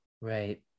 Right